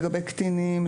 לגבי קטינים,